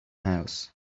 house